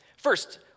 First